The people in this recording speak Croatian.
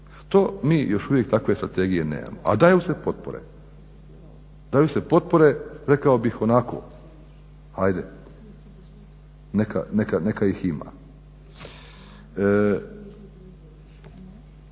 To mi još uvijek takve strategije nemamo, a daju se potpore. Daju se potpore rekao bih onako ajde neka ih ima.